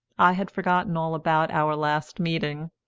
i had forgotten all about our last meeting.